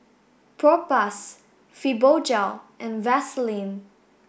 Propass Fibogel and Vaselin